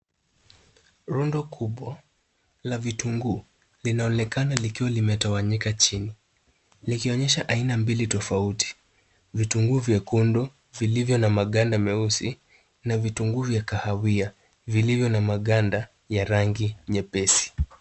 Rundo kubwa la vitunguu linaonekana likiwa limetawanyika chini, likionyesha aina mbili tofauti. Vitunguu vyekundu vilivyo na maganda meusi na vitunguu vya kahawia vilivyo na maganda ya rangi nyepesi.